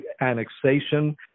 annexation